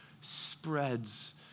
spreads